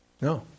No